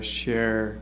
share